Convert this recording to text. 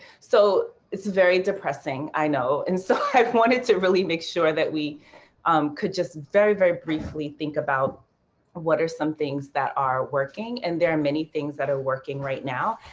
so it's very depressing, i know. and so i wanted to make sure that we could just very, very briefly think about what are some things that are working, and there are many things that are working right now.